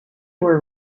were